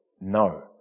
No